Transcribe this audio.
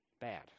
bad